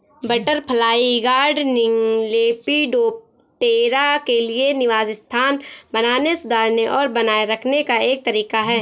butterfly gardening, Lepidoptera के लिए निवास स्थान बनाने, सुधारने और बनाए रखने का एक तरीका है